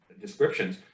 descriptions